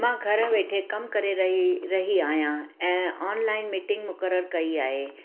मां घर वेठे कम करे रही रही आहियां ऐं ऑनलाइन मीटिंग मुकर्रर कई आहे